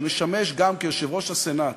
שמשמש גם כיושב-ראש הסנאט,